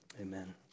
Amen